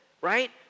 right